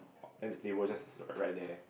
then the table just is ri~ right there